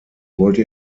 wollte